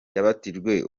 yabatijwe